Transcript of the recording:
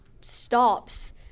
stops